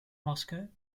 moscow